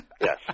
Yes